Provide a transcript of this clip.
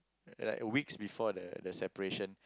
like weeks before the separation